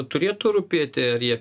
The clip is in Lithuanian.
turėtų rūpėti ar jie